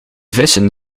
vissen